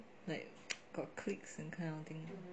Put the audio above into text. like got cliques that kind of thing